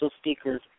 speakers